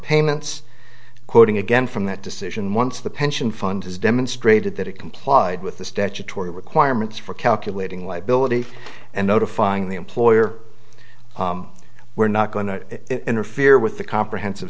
payments quoting again from that decision once the pension fund has demonstrated that it complied with the statutory requirements for calculating liability and notifying the employer were not going to interfere with the comprehensive